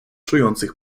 czujących